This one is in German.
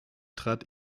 trat